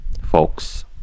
folks